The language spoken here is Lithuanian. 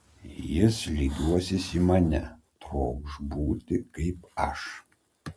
jis lygiuosis į mane trokš būti kaip aš